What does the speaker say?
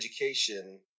education